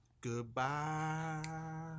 goodbye